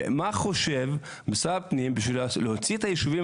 ומה חושב משרד הפנים בשביל להוציא את הישובים